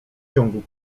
ciągu